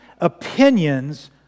opinions